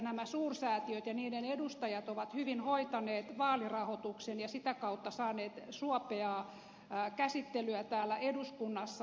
nämä suursää tiöt ja niiden edustajat ovat hyvin hoitaneet vaalirahoituksen ja sitä kautta saaneet suopeaa käsittelyä täällä eduskunnassa